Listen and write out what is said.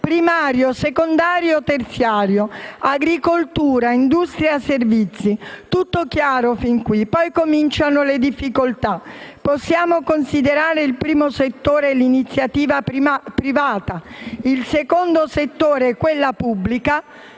primario, secondario e terziario; agricoltura, industria e servizi: fin qui è tutto chiaro, poi cominciano le difficoltà. Possiamo considerare come primo settore l'iniziativa privata, come secondo settore quella pubblica,